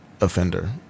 offender